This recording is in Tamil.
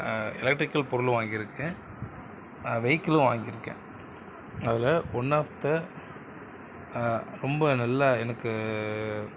எலக்ட்ரிக்கல் பொருள் வாங்கியிருக்கேன் வெஹிக்களும் வாங்கியிருக்கேன் அதில் ஒன் ஆஃப் த ரொம்ப நல்லா எனக்கு